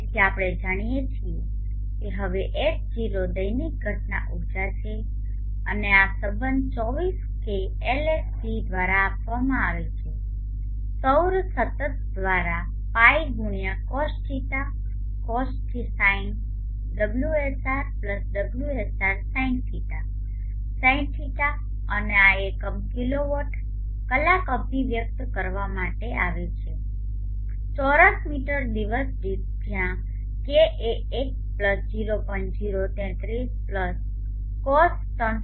તેથી આપણે જાણીએ છીએ કે હવે H0 દૈનિક ઘટના ઊર્જા છે અને આ સંબંધ 24 k LSC દ્વારા આપવામાં આવે છે સૌર સતત દ્વારા π ગુણ્યા Cos ϕ Cos 𝛿 Sin ωsr ωsr Sinϕ Sin 𝛿 અને આ એકમ કિલોવોટ કલાક અભિવ્યકત કરવામાં આવે છેચોરસ મીટર દિવસ દીઠ જ્યાં k એ 1 0